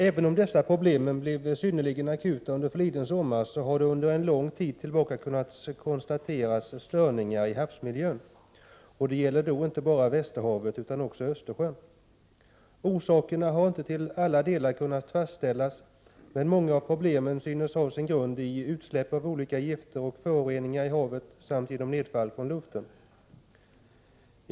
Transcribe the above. Även om dessa problem blev synnerligen akuta under förliden sommar, har det under en lång tid kunnat konstateras störningar i havsmiljön. Det gäller då inte bara Västerhavet utan också Östersjön. Orsakerna har inte till alla delar kunnat fastställas, men många av problemen synes ha sin grund i utsläpp av olika gifter och föroreningar i havet samt i nedfall från luften.